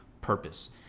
purpose